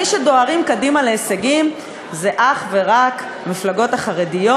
מי שדוהרים קדימה להישגים זה אך ורק המפלגות החרדיות,